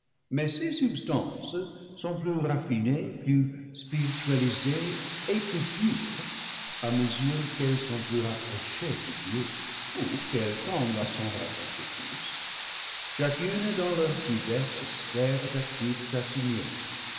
mais ces substances sont plus raffinées plus spiritualisées et plus pures à mesure qu'elles sont plus rapprochées de dieu ou qu'elles tendent à s'en rapprocher plus chacune dans leurs diverses sphères actives assignées